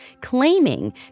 claiming